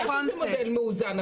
אני מבינה שזה מודל מאוזן,